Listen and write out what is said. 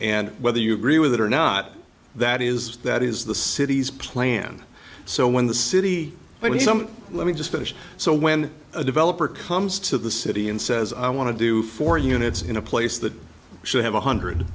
and whether you agree with it or not that is that is the city's plan so when the city but some let me just finish so when a developer comes to the city and says i want to do four units in a place the show we have one hundred